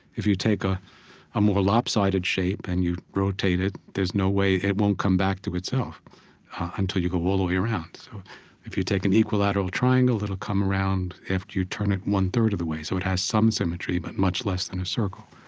if you take ah a more lopsided shape and you rotate it, there's no way it won't come back to itself until you go all the way around. so if you take an equilateral triangle, it'll come around after you turn it one-third of the way. so it has some symmetry, but much less than a circle.